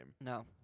No